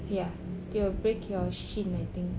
ya they will break your shin I think